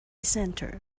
centre